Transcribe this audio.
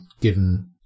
given